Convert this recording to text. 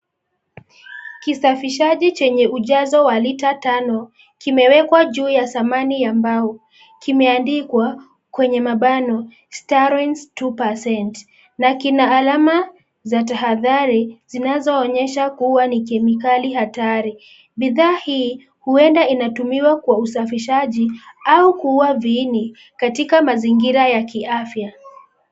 Kisafishaji chenye ujazo wa lita tano kimewekwa juu ya samani ya mbao. Kimeandikwa kwenye mabano Staroins two percent [C's], na kina alama za tahadhari zinazoonyesha ni kemikali hatari. Bidhaa hii huenda inatumiwa kwa usafishaji au kuua viini katika mazingira ya kiafya.